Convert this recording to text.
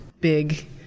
big